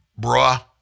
Bruh